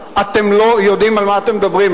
אתם לא יודעים על מה אתם מדברים.